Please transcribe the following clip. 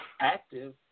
active